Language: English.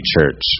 church